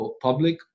public